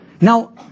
Now